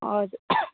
हजुर